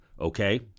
okay